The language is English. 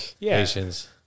patience